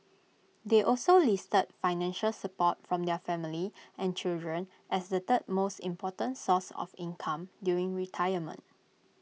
they also listed financial support from their family and children as the third most important source of income during retirement